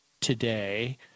today